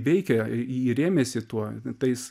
veikia ji rėmėsi tuo tais